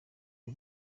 y’u